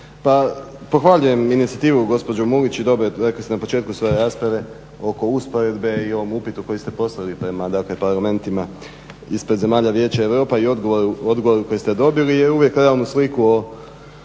Pa pohvaljujem inicijativu gospođe Mulić i dobro je, rekli ste na početku svoje rasprave oko usporedbe i ovom upitu koji ste poslali prema dakle parlamentima ispred zemlja Vijeća Europe i odgovoru koji ste dobili. Jer uvijek realnu sliku o